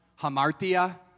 Hamartia